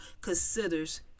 considers